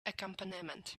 accompaniment